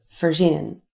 verzinnen